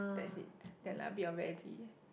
that's it then like a bit of veggie